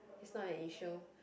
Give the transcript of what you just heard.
it's not an issue